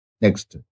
Next